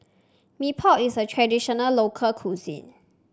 Mee Pok is a traditional local cuisine